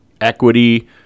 equity